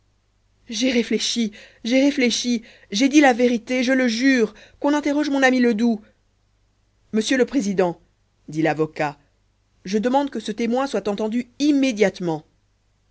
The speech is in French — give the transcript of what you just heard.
j'ai réfléchi j'ai réfléchi j'ai dit la vérité je le jure qu'on interroge mon ami ledoux monsieur le président dit l'avocat je demande que ce témoin soit entendu immédiatement